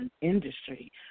Industry